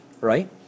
right